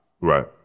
Right